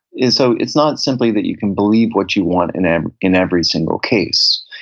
it's so it's not simply that you can believe what you want in and in every single case.